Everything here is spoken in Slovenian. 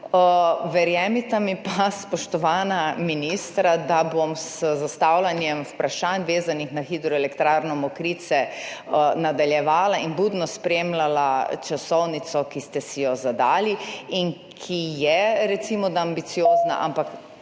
Verjemita mi pa, spoštovana ministra, da bom z zastavljanjem vprašanj, vezanih na hidroelektrarno Mokrice, nadaljevala in budno spremljala časovnico, ki ste si jo zadali in ki je recimo ambiciozna, ampak